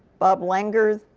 bob langer,